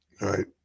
Right